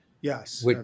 Yes